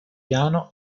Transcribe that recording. piano